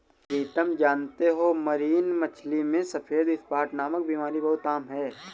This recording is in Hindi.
प्रीतम जानते हो मरीन मछली में सफेद स्पॉट नामक बीमारी बहुत आम है